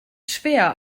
schwer